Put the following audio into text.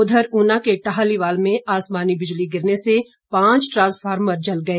उधर ऊना के टाहलीवाल में आसमानी बिजली गिरने से पांच ट्रांसफार्मर जल गए